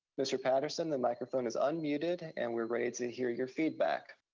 mr. patterson, the microphone is unmuted, and we're ready to hear your feedback.